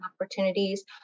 opportunities